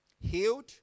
healed